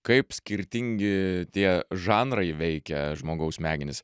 kaip skirtingi tie žanrai veikia žmogaus smegenis